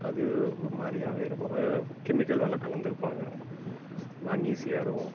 அது ஒரு மாதிரியாவே இருக்கும் கெமிக்கல் அதில் கலந்திருப்பாங்க ரொம்ப அன்னீசியாக இருக்கும்